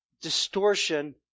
distortion